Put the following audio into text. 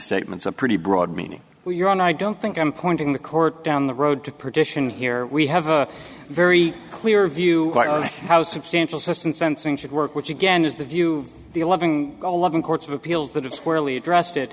statements a pretty broad meaning we're on i don't think i'm pointing the court down the road to perdition here we have a very clear view of how substantial system sensing should work which again is the view the loving courts of appeals that have squarely addressed it